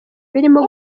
birimo